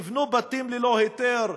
תבנו בתים ללא היתר,